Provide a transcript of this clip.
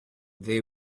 they